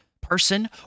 person